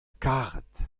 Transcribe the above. karet